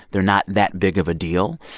they're not that big of a deal.